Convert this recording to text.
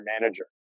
manager